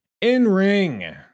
In-ring